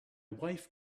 wife